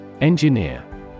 Engineer